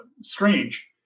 strange